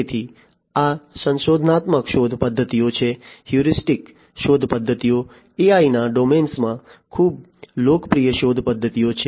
તેથી આ સંશોધનાત્મક શોધ પદ્ધતિઓ છે હ્યુરિસ્ટિક્સ શોધ પદ્ધતિઓ AIના ડોમેનમાં ખૂબ લોકપ્રિય શોધ પદ્ધતિઓ છે